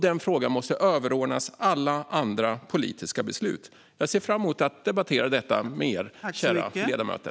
Den frågan måste överordnas alla andra politiska beslut. Jag ser fram emot att debattera detta med er, kära ledamöter!